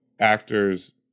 actors